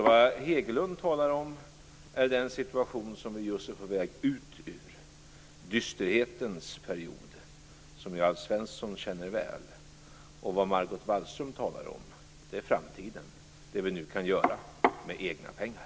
Vad Hegelund talar om är den situation som vi just är på väg ut ur: dysterhetens period, som Alf Svensson känner väl. Vad Margot Wallström talar om är framtiden: det vi nu kan göra med egna pengar.